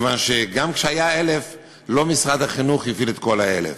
מכיוון שגם כשהיו 1,000 לא משרד החינוך הפעיל את כל ה-1,000.